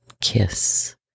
kiss